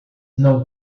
não